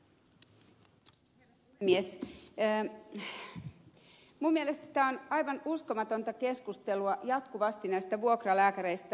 minun mielestäni tämä on aivan uskomatonta keskustelua jatkuvasti näistä vuokralääkäreistä